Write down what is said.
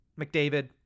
McDavid